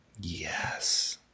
Yes